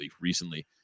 recently